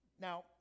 Now